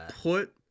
put